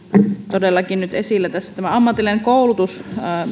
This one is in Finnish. todellakin nyt esillä ammatillinen koulutus